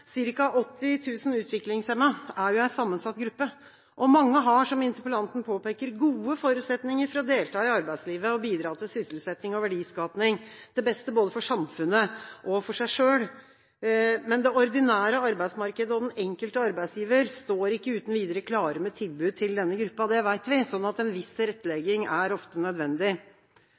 sammensatt gruppe, og mange har, som interpellanten påpeker, gode forutsetninger for å delta i arbeidslivet og bidra til sysselsetting og verdiskaping til beste både for samfunnet og for seg selv. Men det ordinære arbeidsmarkedet og den enkelte arbeidsgiver står ikke uten videre klare med tilbud til denne gruppa – det vet vi – så en viss tilrettelegging er ofte nødvendig.